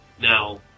Now